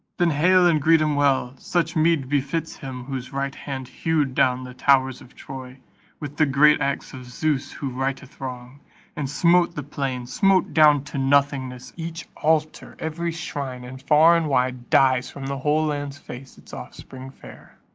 then hail and greet him well! such meed befits him whose right hand hewed down the towers of troy with the great axe of zeus who righteth wrong and smote the plain, smote down to nothingness each altar, every shrine and far and wide dies from the whole land's face its offspring fair.